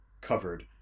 covered